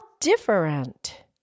different